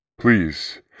Please